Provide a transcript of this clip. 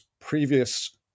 previous